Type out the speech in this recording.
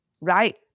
right